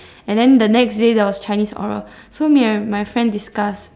and then the next day there was chinese oral so me and my friend discussed